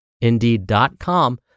Indeed.com